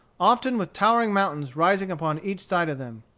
often with towering mountains rising upon each side of them.